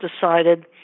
decided